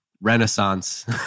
renaissance